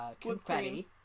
confetti